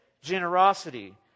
generosity